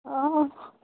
অঁ